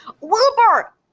Wilbur